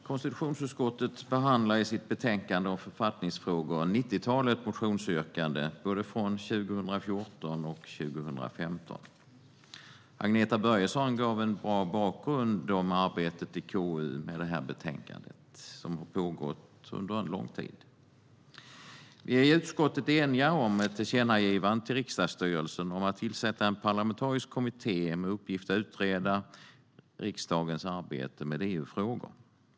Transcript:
Herr talman! Konstitutionsutskottet behandlar i sitt betänkande FörfattningsfrågorAgneta Börjesson gav en bra bakgrund till KU:s arbete med betänkandet, som har pågått under lång tid. Vi är i utskottet eniga om ett tillkännagivande till riksdagsstyrelsen om att tillsätta en parlamentarisk kommitté med uppgift att utreda riksdagens arbete med EU-frågor.